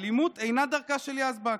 האלימות אינה דרכה של יזבק.